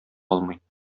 алмый